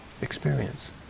experience